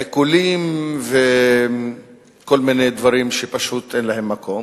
עיקולים וכל מיני דברים שפשוט אין להם מקום.